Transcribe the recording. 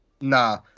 Nah